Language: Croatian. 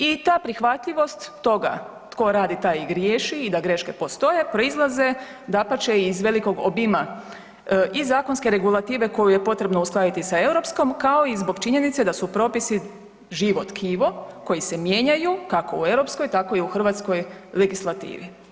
I ta prihvatljivost toga tko radi taj i griješi i da greške postoje proizlaze dapače iz velikog obima i zakonske regulative koju je potrebno uskladiti sa europskom, kao i zbog činjenice da su propisi živo tkivo koji se mijenjaju kako u europskoj tako i u hrvatskoj legislativi.